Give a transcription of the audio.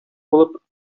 булып